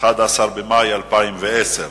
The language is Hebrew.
במרס 2010):